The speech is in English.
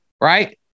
Right